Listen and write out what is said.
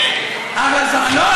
לא,